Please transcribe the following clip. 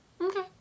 okay